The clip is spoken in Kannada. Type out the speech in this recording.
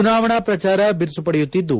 ಚುನಾವಣಾ ಪ್ರಚಾರ ಬಿರುಸು ಪಡೆಯುತ್ತಿದ್ದು